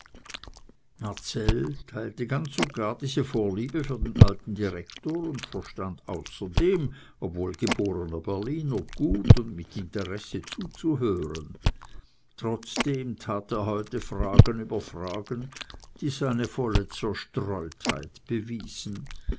teilte ganz und gar diese vorliebe für den alten direktor und verstand außerdem obwohl geborener berliner gut und mit interesse zuzuhören trotzdem tat er heute fragen über fragen die seine volle zerstreutheit bewiesen